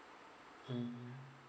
mmhmm